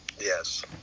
Yes